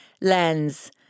lens